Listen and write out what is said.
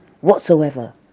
Whatsoever